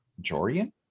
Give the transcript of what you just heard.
Jorian